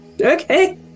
Okay